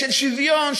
של שוויון,